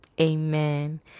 amen